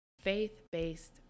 faith-based